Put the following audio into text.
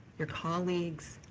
your colleagues,